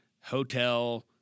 hotel